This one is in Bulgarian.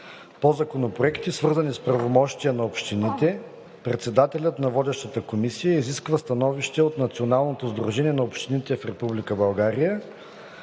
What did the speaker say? По законопроекти, свързани с правомощия на общините, председателят на водещата комисия изисква становище от Националното сдружение на общините в